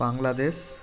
Bangladesh